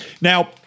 Now